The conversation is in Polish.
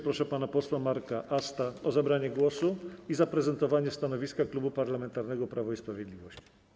Proszę pana posła Marka Asta o zabranie głosu i zaprezentowanie stanowiska Klubu Parlamentarnego Prawo i Sprawiedliwość.